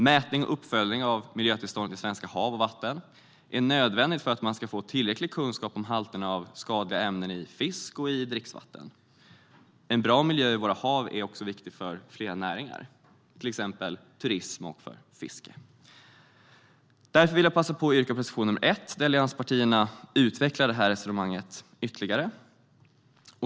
Mätning och uppföljning av miljötillståndet i svenska hav och vatten är nödvändigt för att man ska få tillräcklig kunskap om halterna av skadliga ämnen i fisk och dricksvatten. En bra miljö i våra hav är också viktig för flera näringar, till exempel turism och fiske. Därför vill jag passa på att yrka bifall till reservation 1, där allianspartierna utvecklar detta resonemang ytterligare.